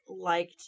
liked